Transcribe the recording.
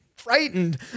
Frightened